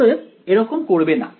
অতএব এরকম করবে না